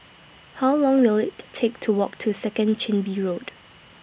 How Long Will IT Take to Walk to Second Chin Bee Road